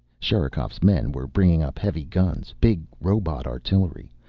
sherikov's men were bringing up heavy guns, big robot artillery.